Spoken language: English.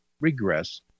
regress